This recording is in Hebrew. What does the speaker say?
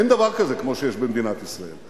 אין דבר כזה כמו שיש במדינת ישראל.